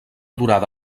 durada